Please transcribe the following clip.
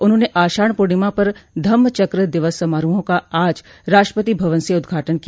उन्होंने आषाढ़ पूर्णिमा पर धम्म चक्र दिवस समारोहों का आज राष्ट्रपति भवन से उद्घाटन किया